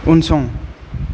उनसं